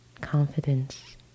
Confidence